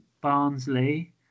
Barnsley